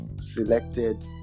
selected